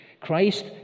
Christ